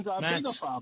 Max